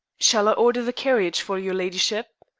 shall i order the carriage for your ladyship?